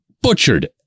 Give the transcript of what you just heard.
butchered